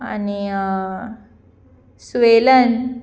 आनी स्वेलन